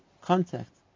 contact